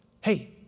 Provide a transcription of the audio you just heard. hey